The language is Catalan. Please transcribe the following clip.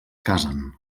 casen